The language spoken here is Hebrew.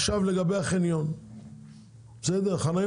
עכשיו, לגבי החניון, חניות.